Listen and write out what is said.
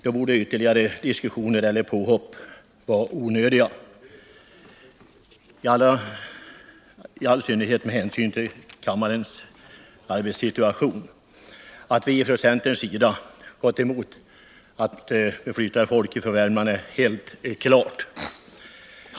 Då borde ytterligare diskussioner vara onödiga, i all synnerhet med hänsyn till kammarens pressade arbetssituation. Att centern gått emot förslaget om att flytta folk från Värmland är helt klart.